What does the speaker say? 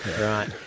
Right